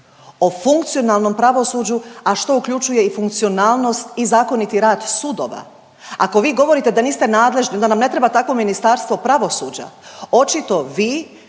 o funkcionalnom pravosuđu, a što uključuje i funkcionalnost i zakoniti rad sudova. Ako vi govorite da niste nadležni i da nam ne treba takvo Ministarstvo pravosuđa očito vi,